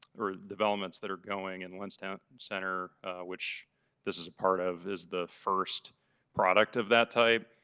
are developments that are going in lentz town and center which this is a part of, is the first product of that type.